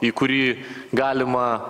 į kurį galima